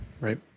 right